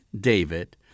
David